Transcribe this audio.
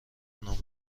نام